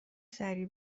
سریع